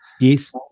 Yes